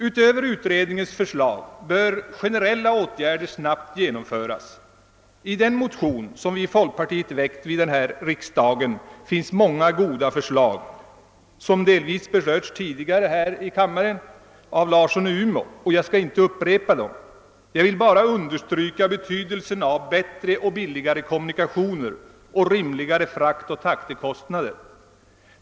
Utöver utredningens förslag bör generella åtgärder snabbt genomföras. I den motion som folkpartiet väckt vid årets riksdag finns många goda förslag, som delvis berörts tidigare här i kammaren av herr Larsson i Umeå. Jag skall inte upprepa dessa utan vill bara understryka betydelsen av bättre och billigare kommunikationer samt rimligare frakttaxekostnader.